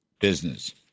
business